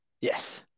yes